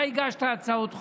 אתה הגשת הצעות חוק.